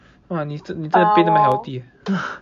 !wah! 你真的真的变得那么 healthy ah